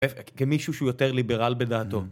כמישהו שהוא יותר ליברל בדעתו.